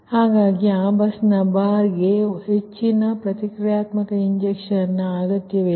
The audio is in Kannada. ಆದ್ದರಿಂದ ಆ ಬಸ್ ಬಾರ್ಗೆ ಹೆಚ್ಚಿನ ಪ್ರತಿಕ್ರಿಯಾತ್ಮಕ ಇಂಜೆಕ್ಷನ್ ಅಗತ್ಯವಿದೆ